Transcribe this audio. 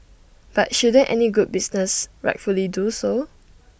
but shouldn't any good business rightfully do so